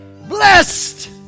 blessed